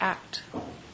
Act